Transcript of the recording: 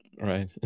Right